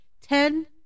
Ten